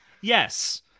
Yes